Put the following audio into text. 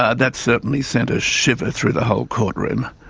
ah that certainly sent a shiver through the whole courtroom,